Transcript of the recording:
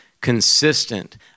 consistent